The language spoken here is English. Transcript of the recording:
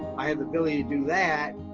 i have the ability to do that,